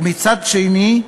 ומצד שני,